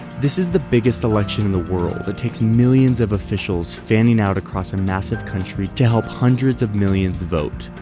this is the biggest election in the world that takes millions of officials fanning out across a massive country to help hundreds of millions vote.